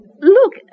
Look